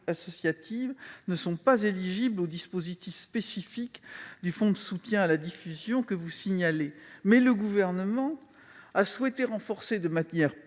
associatives ne sont pas éligibles au dispositif spécifique du fonds de soutien à la diffusion que vous signalez, mais le Gouvernement a souhaité renforcer de manière